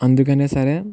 అందుకనే సరే